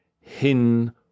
hin